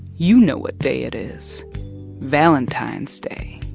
you know what day it is valentine's day.